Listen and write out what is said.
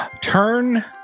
Turn